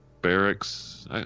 Barracks